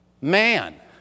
Man